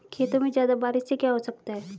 खेतों पे ज्यादा बारिश से क्या हो सकता है?